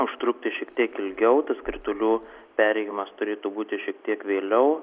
užtrukti šiek tiek ilgiau tas kritulių perėjimas turėtų būti šiek tiek vėliau